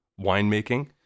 winemaking